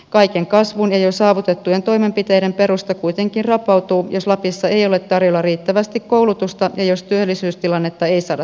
kaiken kasvun ja jo saavutettujen toimenpiteiden perusta kuitenkin rapautuu jos lapissa ei ole tarjolla riittävästi koulutusta ja jos työllisyystilannetta ei saada taittumaan